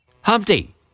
Humpty